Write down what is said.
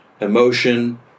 emotion